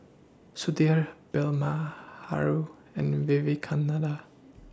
Sudhir and Vivekananda